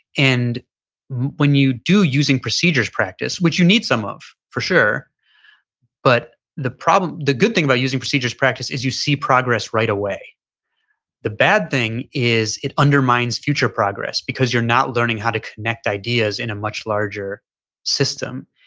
and when you do using procedures practice which you need some of for sure but the problem, the good thing about using procedures practice is you see progress right away the bad thing is it undermines future progress because you're not learning how to connect ideas in a much larger system.